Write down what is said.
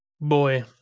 Boy